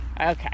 Okay